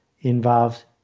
involves